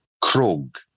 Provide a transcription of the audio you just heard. Krog